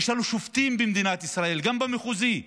יש לנו שופטים במדינת ישראל, גם במחוזי,